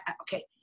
Okay